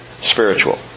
spiritual